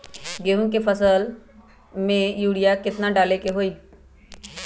गेंहू के एक फसल में यूरिया केतना डाले के होई?